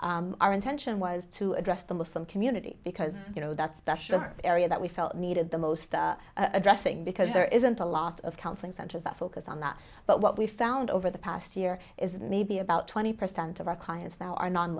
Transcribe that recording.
our intention was to address the muslim community because you know that special area that we felt needed the most addressing because there isn't a lot of counseling centers that focus on that but what we found over the past year is that maybe about twenty percent of our clients now are non